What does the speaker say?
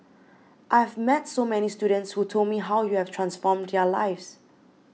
I have met so many students who told me how you have transformed their lives